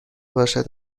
باشد